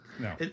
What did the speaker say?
No